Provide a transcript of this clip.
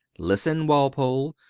listen, walpole.